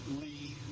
Lee